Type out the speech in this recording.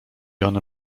one